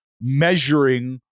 measuring